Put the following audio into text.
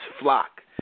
flock